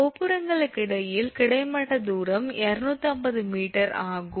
கோபுரங்களுக்கு இடையில் கிடைமட்ட தூரம் 250 m ஆகும்